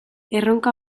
erronka